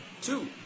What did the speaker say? Two